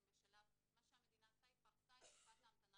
מה שהמדינה עשתה היא פרסה את תקופת ההמתנה